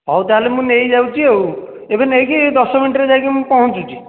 ହଉ ତାହାହେଲେ ମୁଁ ନେଇଯାଉଛି ଆଉ ଏବେ ନେଇକି ଦଶ ମିନିଟ୍ରେ ଯାଇକି ମୁଁ ପହଁଚୁଛି